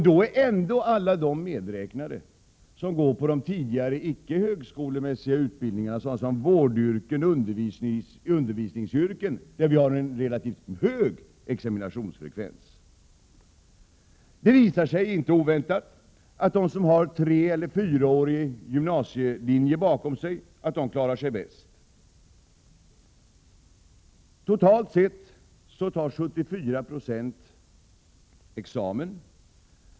Då är ändå alla de som går på de tidigare icke högskolemässiga utbildningarna medräknade — vårdyrken, undervisningsyrken — där examinationsfrekvensen är relativt hög. Det visar sig inte oväntat att de som har en treeller fyraårig gymnasielinje bakom sig klarar sig bäst. Totalt sett tar 74 96 examen.